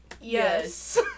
yes